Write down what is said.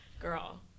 girl